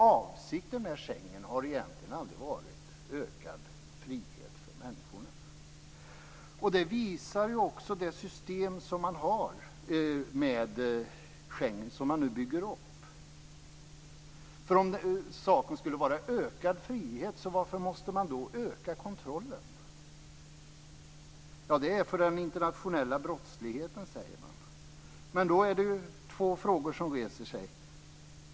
Avsikten med Schengen har egentligen aldrig varit ökad frihet för människorna. Det visar också det system som man i och med Schengen bygger upp. Om avsikten skulle vara ökad frihet, varför måste man då öka kontrollen? Det är för den internationella brottsligheten, säger man. Då är det två frågor som reser sig.